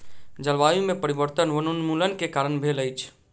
जलवायु में परिवर्तन वनोन्मूलन के कारण भेल अछि